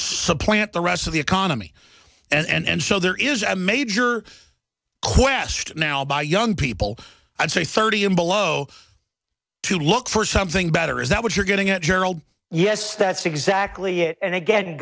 supplant the rest of the economy and so there is a major question now by young people i'd say thirty and below to look for something better is that what you're getting at general yes that's exactly it and again